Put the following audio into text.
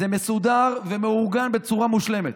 זה מסודר ומאורגן בצורה מושלמת.